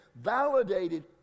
validated